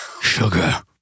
sugar